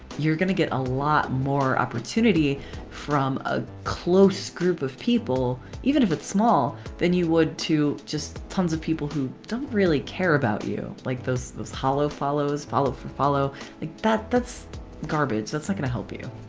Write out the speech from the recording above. you're gonna get a lot more opportunity from a close group of people even if small then you would to just tons of people who don't really care about you. like those hollow follows follow for follow like that's garbage. that's not gonna help you.